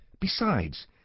Besides